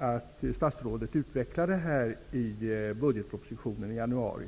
att statsrådet utvecklar detta i budgetpropositionen i januari.